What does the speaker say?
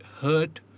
hurt